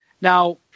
now